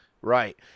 Right